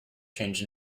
change